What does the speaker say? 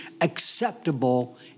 acceptable